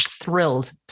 thrilled